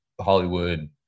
Hollywood